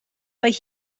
but